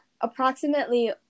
approximately